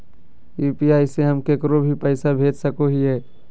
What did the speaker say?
UPI से हम केकरो भी पैसा भेज सको हियै?